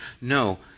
No